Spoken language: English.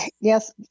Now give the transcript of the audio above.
Yes